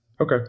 Okay